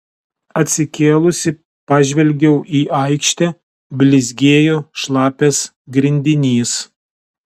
atsikėlusi pažvelgiau į aikštę blizgėjo šlapias grindinys